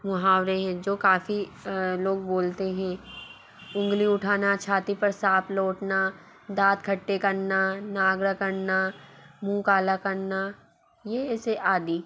मुहावरे हैं जो काफ़ी लोग बोलते हैं उंगली उठाना छाती पर सांप लोटना दांत खट्टे करना नाक रगड़ना मुँह काला करना ये ऐसे आदि